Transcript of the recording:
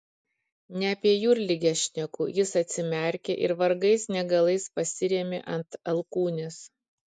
ne apie jūrligę šneku jis atsimerkė ir vargais negalais pasirėmė ant alkūnės